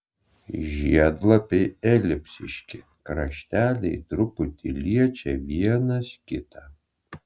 žiedlapiai elipsiški krašteliai truputį liečia vienas kitą